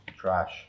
Trash